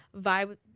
vibe